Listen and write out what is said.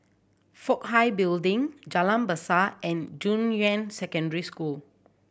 Fook Hai Building Jalan Besar and Junyuan Secondary School